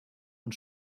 und